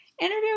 interview